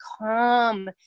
calm